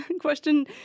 question